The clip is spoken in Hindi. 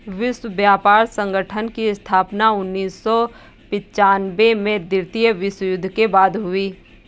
विश्व व्यापार संगठन की स्थापना उन्नीस सौ पिच्यानबें में द्वितीय विश्व युद्ध के बाद हुई